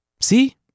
See